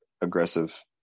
aggressive